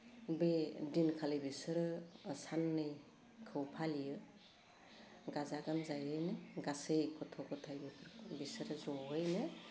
बे दिनखालि बिसोरो सान्नैखौ फालियो गाजा गोमजायैनो गासै गथ' गथाय बिसोरो जयैनो